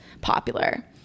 popular